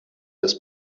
des